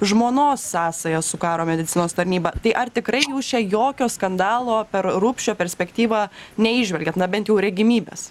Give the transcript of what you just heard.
žmonos sąsaja su karo medicinos tarnyba tai ar tikrai jūs čia jokio skandalo per rupšio perspektyvą neįžvelgiat na bent jau regimybės